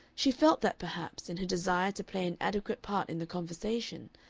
she felt that perhaps, in her desire to play an adequate part in the conversation,